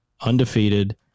undefeated